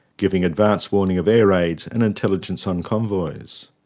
giving advance warning of air raids and intelligence on convoys.